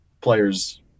player's